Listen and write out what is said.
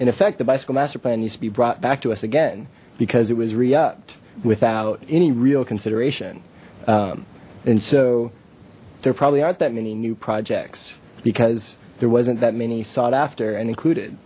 in effect the bicycle master plan needs to be brought back to us again because it was react without any real consideration and so there probably aren't that many new projects because there wasn't that many sought after and included